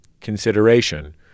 consideration—